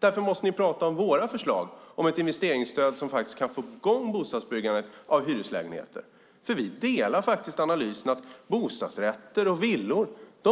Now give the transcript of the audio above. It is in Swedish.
Därför måste ni tala om våra förslag om ett investeringsstöd för att få i gång bostadsbyggandet i form av hyreslägenheter. Vi delar analysen att bostadsrätter och villor